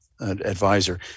advisor